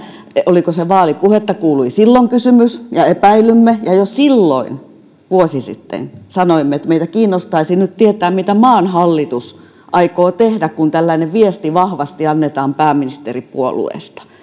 oliko se vaalipuhetta kuului silloin kysymys ja epäilymme ja jo silloin vuosi sitten sanoimme että meitä kiinnostaisi nyt tietää mitä maan hallitus aikoo tehdä kun tällainen viesti vahvasti annetaan pääministeripuolueesta